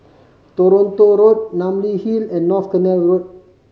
Toronto Road Namly Hill and North Canal Road